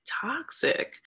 toxic